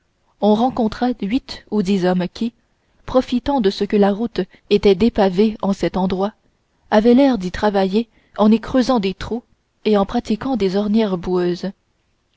on rencontra huit ou dix hommes qui profitant de ce que la route était dépavée en cet endroit avaient l'air d'y travailler en y creusant des trous et en pratiquant des ornières boueuses